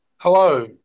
Hello